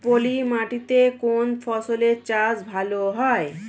পলি মাটিতে কোন ফসলের চাষ ভালো হয়?